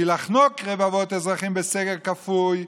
כי לחנוק רבבות אזרחים בסגר כפוי,